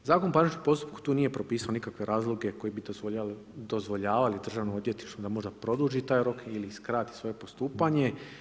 Zakon o parničnom postupku tu nije propisao nikakve razloge koji bi dozvoljavali Državnom odvjetništvu da možda produži taj rok ili skrati svoje postupanje.